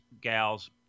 gals